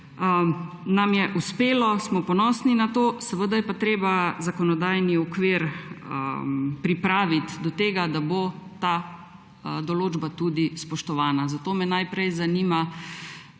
Nam je uspelo, smo ponosni na to. Seveda je pa treba zakonodajni okvir pripraviti do tega, da bo ta določba tudi spoštovana. Zato me najprej zanima: